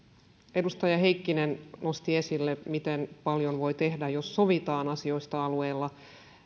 edustaja heikkinen nosti esille miten paljon voi tehdä jos sovitaan asioista alueella